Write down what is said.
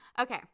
Okay